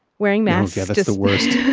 wearing masks yeah that is the worst.